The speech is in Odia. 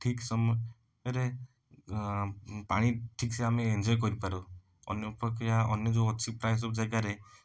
ଠିକ୍ ସମୟରେ ପାଣି ଠିକ୍ ସେ ଆମେ ଏଞ୍ଜୟ କରିପାରୁ ଅନ୍ୟ ଅପେକ୍ଷା ଅନ୍ୟ ଯେଉଁ ଅଛି ପ୍ରାୟ ସବୁ ଜାଗାରେ